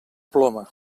ploma